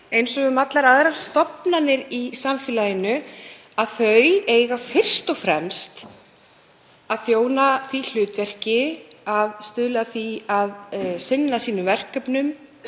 eins og um allar aðrar stofnanir í samfélaginu að þau eiga fyrst og fremst að þjóna því hlutverki að sinna sínum verkefnum